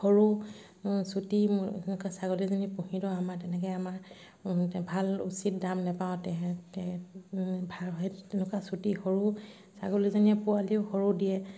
সৰু ও ছুটী ছাগলীজনী পুহিলেও আমাৰ তেনেকৈ আমাৰ এতিয়া ভাল উচিত দাম নাপাওঁ তে তে ভাল সেই তেনেকুৱা চুটি সৰু ছাগলীজনীয়ে পোৱালিও সৰু দিয়ে